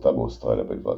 ותפוצתה באוסטרליה בלבד.